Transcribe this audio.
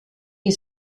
die